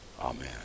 Amen